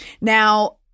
Now